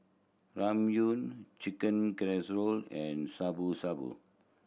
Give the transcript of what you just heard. Ramyeon Chicken Casserole and Shabu Shabu